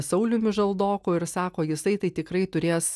sauliumi žaldoku ir sako jisai tai tikrai turės